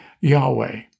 Yahweh